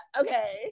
Okay